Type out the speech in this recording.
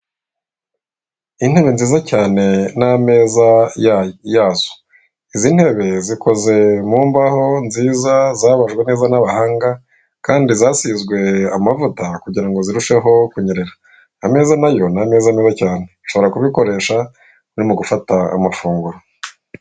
Intebe nziza cyane n'ameza yazo, izi ntebe zikoze mu mbaho nziza zabajwe neza n'abahanga kandi zasizwe amavuta kugira ngo zirusheho kunyerera. Ameza nayo ni ameza manini cyane ushobora kubikoresha urimo gufata amafunguro.